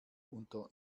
unter